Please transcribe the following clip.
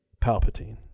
Palpatine